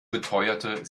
beteuerte